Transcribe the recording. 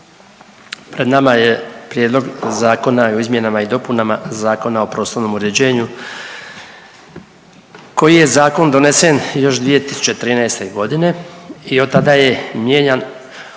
pred nama je Prijedlog Zakona o izmjenama i dopunama Zakona o prostornom uređenju koji je zakon donesen još 2013. godine i od tada je mijenjan u